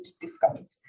discount